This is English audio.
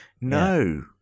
No